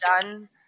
done